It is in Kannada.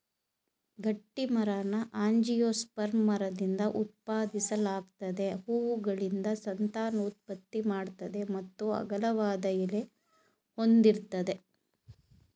ಗಟ್ಟಿಮರನ ಆಂಜಿಯೋಸ್ಪರ್ಮ್ ಮರದಿಂದ ಉತ್ಪಾದಿಸಲಾಗ್ತದೆ ಹೂವುಗಳಿಂದ ಸಂತಾನೋತ್ಪತ್ತಿ ಮಾಡ್ತದೆ ಮತ್ತು ಅಗಲವಾದ ಎಲೆ ಹೊಂದಿರ್ತದೆ